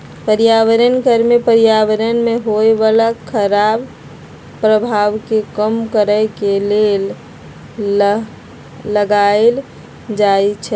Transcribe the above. पर्यावरण कर में पर्यावरण में होय बला खराप प्रभाव के कम करए के लेल लगाएल जाइ छइ